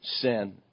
sin